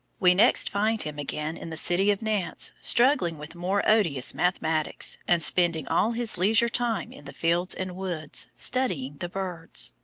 we next find him again in the city of nantes struggling with more odious mathematics, and spending all his leisure time in the fields and woods, studying the birds.